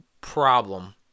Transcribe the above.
problem